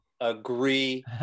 Agree